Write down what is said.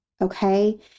okay